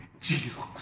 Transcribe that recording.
Jesus